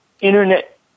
internet